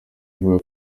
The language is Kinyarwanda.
avuga